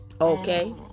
okay